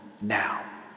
now